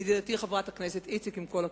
ידידתי חברת הכנסת איציק, עם כל הכבוד,